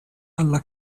alla